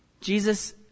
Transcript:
Jesus